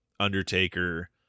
undertaker